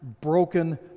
broken